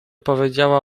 powiedziała